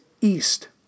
east